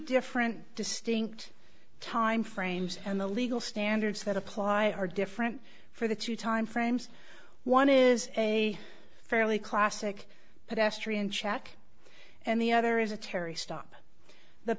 different distinct timeframes in the legal standards that apply are different for the two time friends one is a fairly classic pedestrian check and the other is a terry stop the